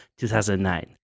2009